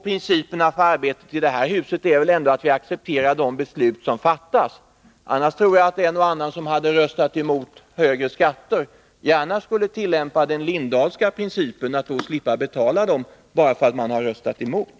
Principerna för arbetet här i huset är väl ändå att vi accepterar de beslut som fattas — annars tror jag att en och annan som röstat emot högre skatter gärna skulle tillämpa den Lindahlska principen och slippa betala dem av det skälet att de röstat emot.